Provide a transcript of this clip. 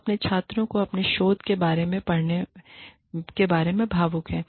हम अपने छात्रों को अपने शोध के बारे में पढ़ाने के बारे में भावुक हैं